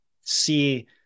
see